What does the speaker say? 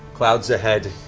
clouds ahead,